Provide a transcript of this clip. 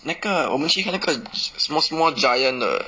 那个我们去喝那个什么什么 Giant 的